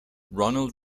ronald